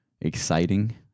Exciting